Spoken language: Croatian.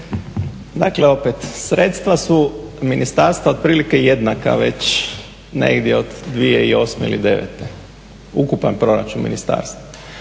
Dakle opet, sredstva su ministarstva otprilike jednaka već negdje od 2008.ili devete ukupan proračun ministarstva.